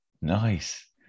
Nice